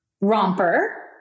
romper